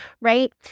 right